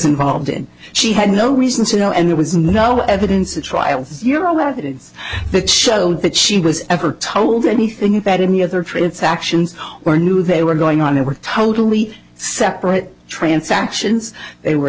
involved in she had no reason to know and there was no evidence at trial you're aware that show that she was ever told anything about any other prints actions or knew they were going on or were totally separate transactions they were